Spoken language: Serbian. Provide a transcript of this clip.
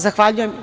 Zahvaljujem.